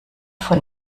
von